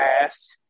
ass